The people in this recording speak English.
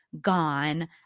gone